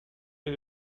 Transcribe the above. est